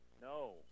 No